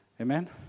Amen